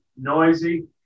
noisy